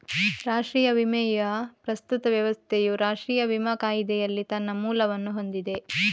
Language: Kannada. ರಾಷ್ಟ್ರೀಯ ವಿಮೆಯ ಪ್ರಸ್ತುತ ವ್ಯವಸ್ಥೆಯು ರಾಷ್ಟ್ರೀಯ ವಿಮಾ ಕಾಯಿದೆಯಲ್ಲಿ ತನ್ನ ಮೂಲವನ್ನು ಹೊಂದಿದೆ